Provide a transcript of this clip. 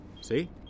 See